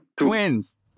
Twins